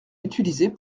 utilisé